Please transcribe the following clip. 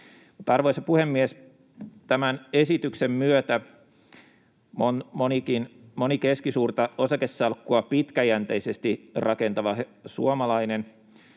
Arvoisa puhemies! Tämän esityksen myötä moni keskisuurta osakesalkkua pitkäjänteisesti rakentava suomalainen